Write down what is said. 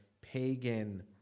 pagan